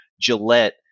Gillette